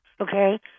Okay